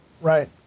Right